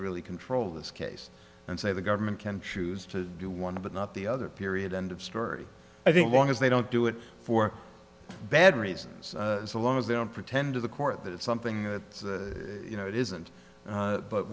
really control this case and say the government can choose to do want to but not the other period end of story i think long as they don't do it for bad reasons so long as they don't pretend to the court that it's something that you know it isn't